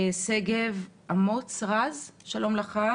שגב אמוץ רז, שלום לך.